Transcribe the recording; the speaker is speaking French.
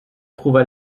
trouva